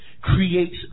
creates